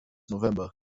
november